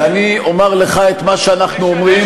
ואני אומר לך את מה שאנחנו אומרים,